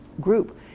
group